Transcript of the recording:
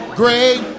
great